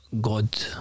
God